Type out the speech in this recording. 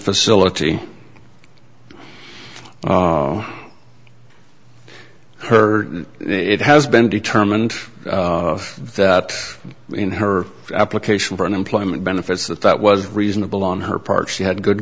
facility her it has been determined that in her application for unemployment benefits that that was reasonable on her part she had good